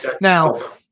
Now